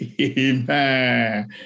Amen